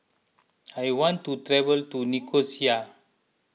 I want to travel to Nicosia